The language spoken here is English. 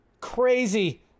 Crazy